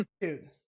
Dude